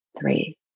Three